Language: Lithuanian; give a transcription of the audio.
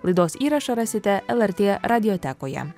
laidos įrašą rasite lrt radiotekoje